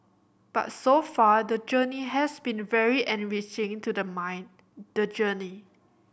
but so far the journey has been very enriching to the mind the journey